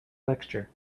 lecture